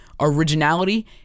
originality